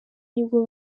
nibwo